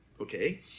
Okay